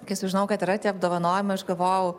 kai sužinau kad yra tie apdovanojimai aš galvojau